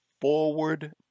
forward